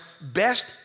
best